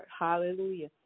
Hallelujah